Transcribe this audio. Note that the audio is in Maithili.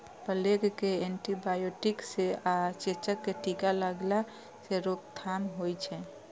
प्लेग कें एंटीबायोटिक सं आ चेचक कें टीका लगेला सं रोकथाम होइ छै